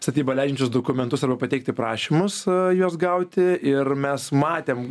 statybą leidžiančius dokumentus arba pateikti prašymus juos gauti ir mes matėm